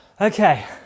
Okay